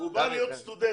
הוא בא להיות סטודנט